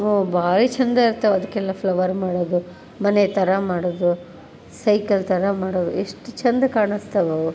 ಭಾರಿ ಚಂದ ಇರ್ತದೆ ಅದಕ್ಕೆಲ್ಲ ಫ್ಲವರ್ ಮಾಡೋದು ಮನೆ ಥರ ಮಾಡೋದು ಸೈಕಲ್ ಥರ ಮಾಡೋದು ಎಷ್ಟು ಚಂದ ಕಾಣಿಸ್ತವೆ ಅವು